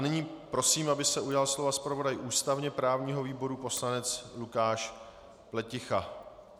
Nyní prosím, aby se ujal slova zpravodaj ústavněprávního výboru poslanec Lukáš Pleticha.